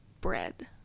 bread